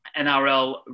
NRL